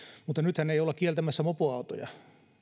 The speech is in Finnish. mutta nythän ei olla kieltämässä mopoautoja